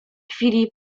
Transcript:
chwili